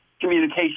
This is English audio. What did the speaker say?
communication